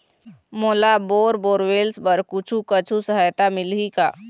मोला bore borewells बर कुछू कछु सहायता मिलही का?